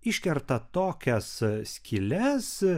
iškerta tokias skyles